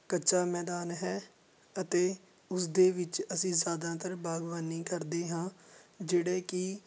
ਕੱਚਾ ਮੈਦਾਨ ਹੈ ਅਤੇ ਉਸਦੇ ਵਿੱਚ ਅਸੀਂ ਜ਼ਿਆਦਾਤਰ ਬਾਗਬਾਨੀ ਕਰਦੇ ਹਾਂ ਜਿਹੜੇ ਕਿ